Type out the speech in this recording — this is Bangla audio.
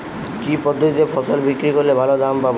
কি পদ্ধতিতে ফসল বিক্রি করলে ভালো দাম পাব?